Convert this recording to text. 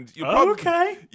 Okay